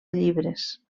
llibres